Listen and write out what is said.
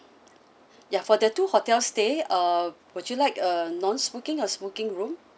ya for the two hotel stay uh would you like a non smoking or smoking room